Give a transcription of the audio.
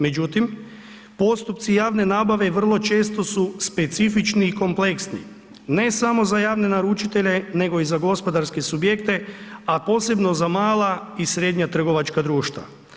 Međutim, postupci javne nabave vrlo često su specifični i kompleksni ne samo za javne naručitelje nego i za gospodarske subjekte a posebno za mala i srednja trgovačka društva.